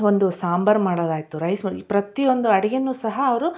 ಒಂದು ಸಾಂಬಾರ್ ಮಾಡೋದಾಯ್ತು ರೈಸು ಈ ಪ್ರತಿಯೊಂದು ಅಡುಗೇನು ಸಹ ಅವರು